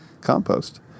Compost